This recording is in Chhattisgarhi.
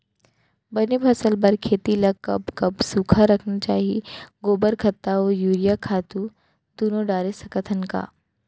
बने फसल बर खेती ल कब कब सूखा रखना चाही, गोबर खत्ता और यूरिया खातू दूनो डारे सकथन का?